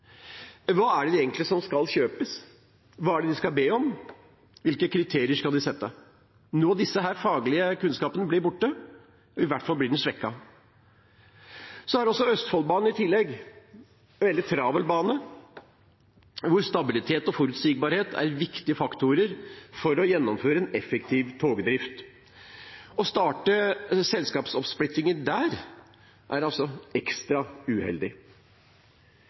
Hva er det egentlig som skal kjøpes? Hva er det de skal be om? Hvilke kriterier skal de sette? Noe av denne faglige kunnskapen blir borte, i hvert fall blir den svekket. I tillegg er Østfoldbanen en veldig travel bane, hvor stabilitet og forutsigbarhet er viktige faktorer for å gjennomføre en effektiv togdrift. Å starte selskapsoppsplittingen der er altså ekstra uheldig.